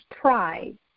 pride